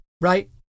Right